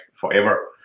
forever